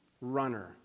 runner